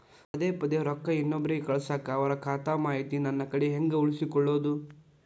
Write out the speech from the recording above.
ಪದೆ ಪದೇ ರೊಕ್ಕ ಇನ್ನೊಬ್ರಿಗೆ ಕಳಸಾಕ್ ಅವರ ಖಾತಾ ಮಾಹಿತಿ ನನ್ನ ಕಡೆ ಹೆಂಗ್ ಉಳಿಸಿಕೊಳ್ಳೋದು?